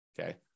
okay